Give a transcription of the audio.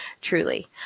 truly